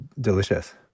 delicious